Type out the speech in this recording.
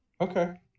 Okay